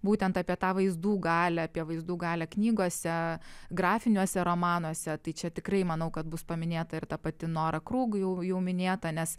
būtent apie tą vaizdų galią apie vaizdų galią knygose grafiniuose romanuose tai čia tikrai manau kad bus paminėta ir ta pati nora krūg jau jau minėta nes